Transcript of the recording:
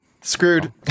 Screwed